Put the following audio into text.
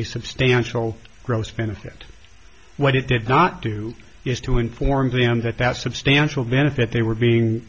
a substantial gross benefit when it did not do is to inform them that that substantial benefit they were being